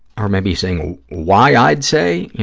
or maybe saying, why, i'd say, you